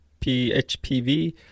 PHPV